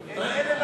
להחליף.